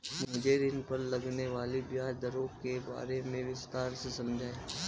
मुझे ऋण पर लगने वाली ब्याज दरों के बारे में विस्तार से समझाएं